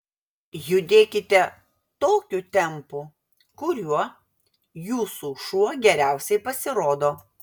judėkite tokiu tempu kuriuo jūsų šuo geriausiai pasirodo